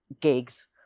gigs